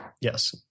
Yes